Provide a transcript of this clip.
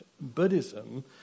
Buddhism